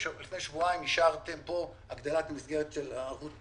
לפני שבועיים אישרתם פה הגדלת המסגרת של הערבות